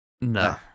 No